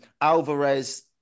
Alvarez